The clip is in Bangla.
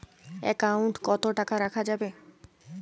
একাউন্ট কত টাকা রাখা যাবে?